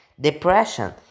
Depression